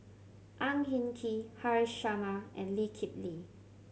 Ang Hin Kee Haresh Sharma and Lee Kip Lee